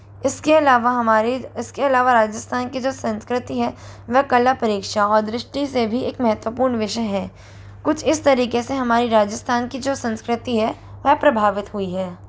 इसके अलावा हमारी इस के अलावा राजिस्थान की जो संस्कृति है वह कला परीक्षा और दृष्टि से भी एक महत्वपूर्ण विषय है कुछ इस तरीके से हमारे राजिस्थान की जो संस्कृति है वह प्रभावित हुई है